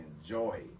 enjoy